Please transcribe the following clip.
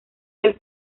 del